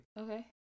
Okay